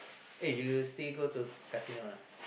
eh you still go to casino